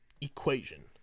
equation